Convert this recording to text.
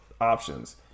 options